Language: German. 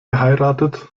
geheiratet